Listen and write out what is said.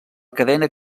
cadena